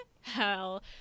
hell